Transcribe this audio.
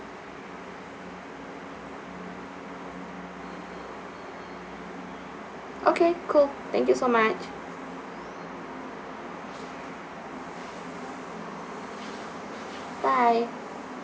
okay cool thank you so much bye